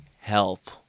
help